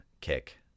kick